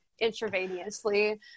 intravenously